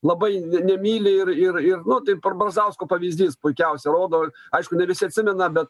labai nemyli ir ir ir nu taip brazausko pavyzdys puikiausia rodo aišku ne visi atsimena bet